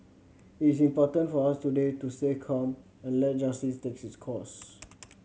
it is important for us today to stay calm and let justice take its course